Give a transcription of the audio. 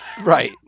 Right